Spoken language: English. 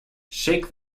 shake